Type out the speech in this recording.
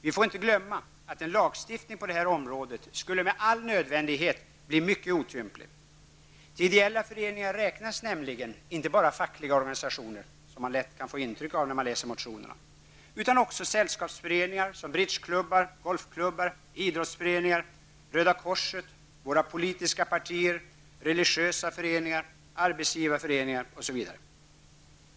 Vi får inte glömma att en lagstiftning på detta område med all nödvändighet skulle bli mycket otymplig. Till ideella föreningar räknas nämligen inte bara fackliga organisationer, vilket man lätt kan få intryck av när man läser motionerna, utan också sällskapsföreningar, som bridgeklubbar, golfklubbar, idrottsföreningar, Röda korset, våra politiska partier, religiösa föreningar, arbetsgivarföreningar, osv.